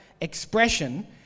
expression